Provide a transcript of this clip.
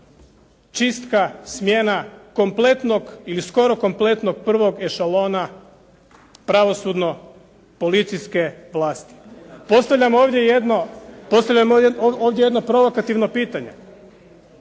čistka smjena kompletnog ili skoro kompletnog prvog ešalona pravosudno-policijske vlasti. Postavljam ovdje jedno provokativno pitanje.